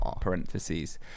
Parentheses